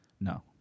No